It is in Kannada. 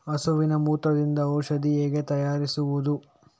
ಹಸುವಿನ ಮೂತ್ರದಿಂದ ಔಷಧ ಹೇಗೆ ತಯಾರಿಸುವುದು?